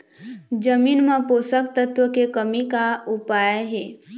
जमीन म पोषकतत्व के कमी का उपाय हे?